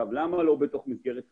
למה לא בתוך מסגרת חרדית?